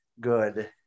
good